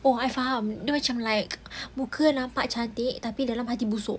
oh I faham like muka nampak cantik tapi dalam tak ada apa